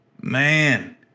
Man